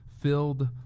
filled